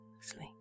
sleep